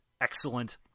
excellent